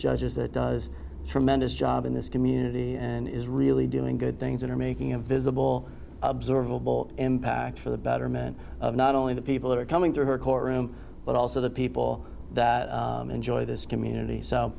judges that does tremendous job in this community and is really doing good things that are making a visible observable impact for the betterment of not only the people who are coming to her courtroom but also the people enjoy this community so